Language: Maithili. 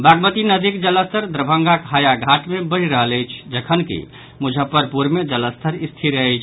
बागमती नदीक जलस्तर दरभंगाक हायाघाट मे बढ़ि रहल अछि जखनकि मुजफ्फरपुर मे जलस्तर स्थिर अछि